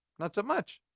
not so much.